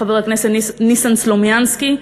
חבר הכנסת ניסן סלומינסקי.